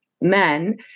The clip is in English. men